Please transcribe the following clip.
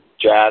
jazz